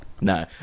No